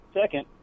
Second